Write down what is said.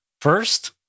first